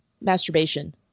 masturbation